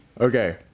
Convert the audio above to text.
Okay